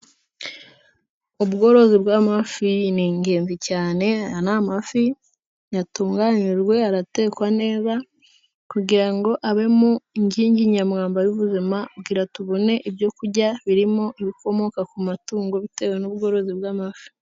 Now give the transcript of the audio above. Ubworozi bw'amafi ni ingenzi cyane, aya ni amafi yatunganijwe, aratekwa neza, kugira ngo avemo inkigi ya mwamba y'ubuzima, kugira ngo tubone ibyo kurya, birimo ibikomoka ku matungo, bitewe n'ubworozi bw'amafi.